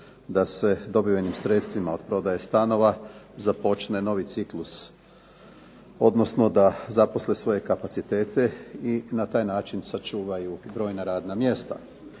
da se dobivenim sredstvima od prodaje stanova započne novi ciklus, odnosno da zaposle svoje kapacitete i na taj način sačuvaju brojna radna mjesta.